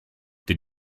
did